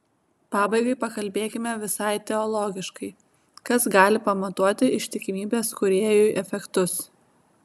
pabaigai pakalbėkime visai teologiškai kas gali pamatuoti ištikimybės kūrėjui efektus